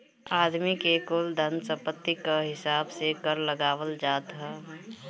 आदमी के कुल धन सम्पत्ति कअ हिसाब से कर लगावल जात हवे